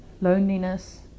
Loneliness